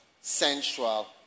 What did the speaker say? sensual